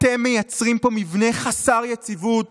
אתם מייצרים פה מבנה חסר יציבות